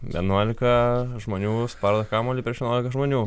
vienuolika žmonių spardo kamuolį prieš vienuolika žmonių